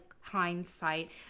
hindsight